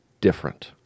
different